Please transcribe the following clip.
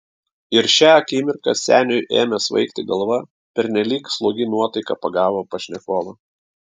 ir šią akimirką seniui ėmė svaigti galva pernelyg slogi nuotaika pagavo pašnekovą